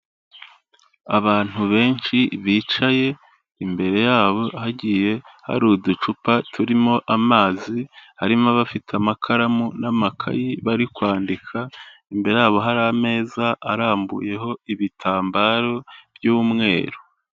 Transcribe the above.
Abantu benshi bicaye imbere yabo hagiye hari uducupa turimo amazi, harimo abafite amakaramu n'amakayi bari kwandika. Imbere yabo hari ameza arambuyeho ibitambaro by'umweru.